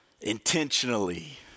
intentionally